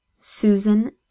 Susan